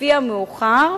לפי המאוחר,